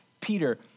Peter